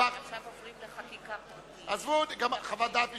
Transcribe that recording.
חוות דעת משפטית, עזבו, חוות דעת משפטית,